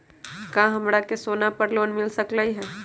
का हमरा के सोना पर लोन मिल सकलई ह?